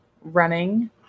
running